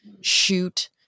shoot